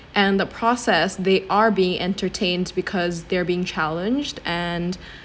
and the process they are being entertained because they're being challenged and